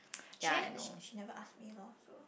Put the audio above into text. she didn't she never ask me loh so